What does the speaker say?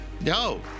No